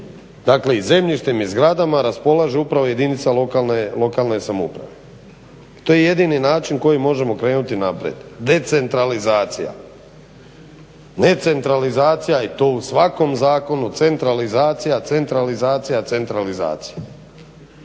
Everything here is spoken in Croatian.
dakle i zemljištem i zgradama raspolaže upravo jedinica lokalne samouprave. To je jedini način kojim možemo krenuti naprijed, decentralizacija, ne centralizacija i to u svakom zakonu, centralizacija, centralizacija, centralizacija.